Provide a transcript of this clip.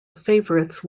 favorites